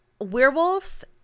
werewolves